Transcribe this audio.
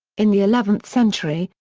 in the eleventh century,